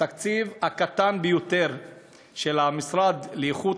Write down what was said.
התקציב הקטן ביותר של המשרד להגנת